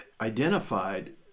identified